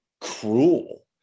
cruel